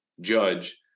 Judge